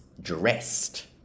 dressed